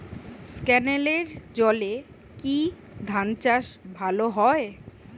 ক্যেনেলের জলে কি ধানচাষ ভালো হয়?